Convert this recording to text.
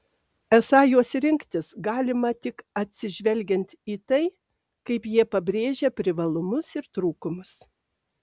esą juos rinktis galima tik atsižvelgiant į tai kaip jie pabrėžia privalumus ir trūkumus